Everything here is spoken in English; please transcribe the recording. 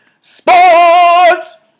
sports